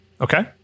Okay